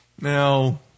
Now